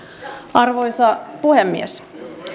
arvoisa puhemies